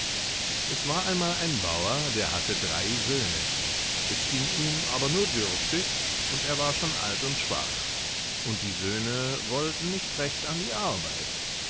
es war einmal ein bauer der hatte drei söhne es ging ihm aber nur dürftig und er war schon alt und schwach und die söhne wollten nicht recht an die arbeit